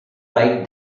right